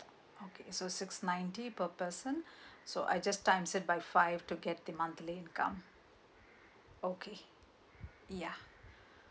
okay o six ninety per person so I just times it b five to get the monthly income okay ya